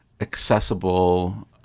accessible